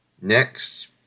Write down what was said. Next